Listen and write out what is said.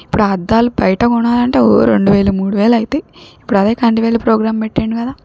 ఇప్పుడా అద్దాలు బయట కొనాలంటే ఓ రెండు వేలు మూడు వేలు అవుతాయి ఇప్పుడు అదే కంటి వెలుగు ప్రోగ్రాం పెట్టిండు కదా